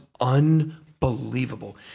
unbelievable